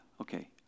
Okay